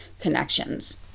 connections